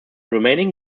remaining